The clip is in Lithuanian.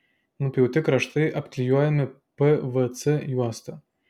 nupjauti kraštai apklijuojami pvc juosta